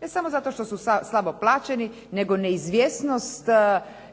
Ne samo zato što su slabo plaćeni, nego neizvjesnost